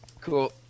Cool